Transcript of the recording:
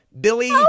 Billy